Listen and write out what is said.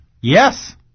Yes